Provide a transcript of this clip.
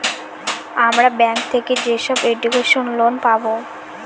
আমরা ব্যাঙ্ক থেকে যেসব এডুকেশন লোন পাবো